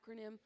acronym